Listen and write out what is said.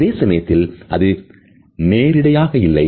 அதே சமயத்தில் அது நேரிடையாகஇல்லை